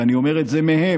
ואני אומר את זה מהם,